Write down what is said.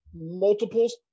multiples